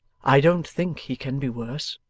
i don't think he can be worse